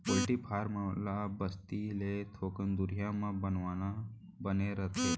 poultry farm ल बस्ती ले थोकन दुरिहा म बनवाना बने रहिथे